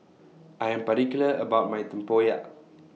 I Am particular about My Tempoyak